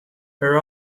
her